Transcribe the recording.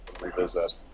revisit